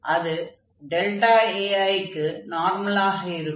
அது Ai க்கு நார்மலாக இருக்கும்